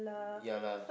ya lah